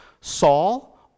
Saul